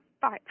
five